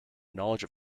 knowledge